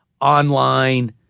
online